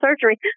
surgery